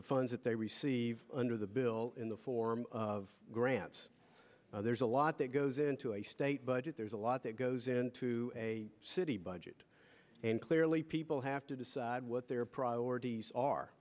the funds that they receive under the bill in the form of grants there's a lot that goes into a state budget there's a lot that goes into a city budget and clearly people have to decide what their priorities are